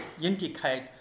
indicate